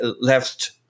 left